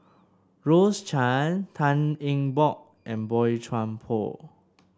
Rose Chan Tan Eng Bock and Boey Chuan Poh